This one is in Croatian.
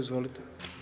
Izvolite.